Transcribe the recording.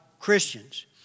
Christians